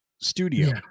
studio